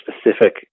specific